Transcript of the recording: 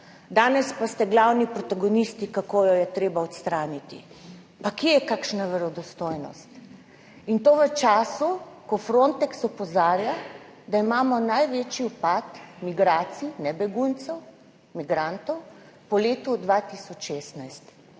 danes pa ste glavni protagonisti kako jo je treba odstraniti. Pa kje je kakšna verodostojnost in to v času, ko Frontex opozarja, da imamo največji upad migracij, ne beguncev, migrantov po letu 2016?